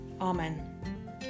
Amen